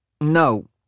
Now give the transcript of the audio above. no